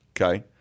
Okay